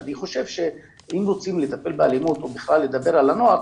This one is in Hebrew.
אני חושב שאם רוצים לטפל באלימות או בכלל לדבר על הנוער,